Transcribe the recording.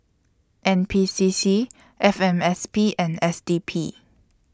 N P C C F M S P and S D P